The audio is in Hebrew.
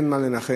אין מה לנחם,